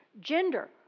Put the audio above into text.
gender